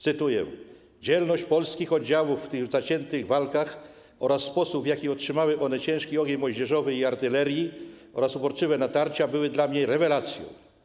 Cytuję: Dzielność polskich oddziałów w tych zaciętych walkach oraz sposób, w jaki utrzymały one ciężki ogień moździerzowy i artylerii oraz uporczywe natarcia, były dla mnie rewelacją.